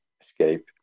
escape